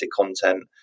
content